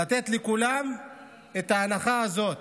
לתת לכולם את ההנחה הזאת,